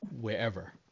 wherever